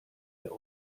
der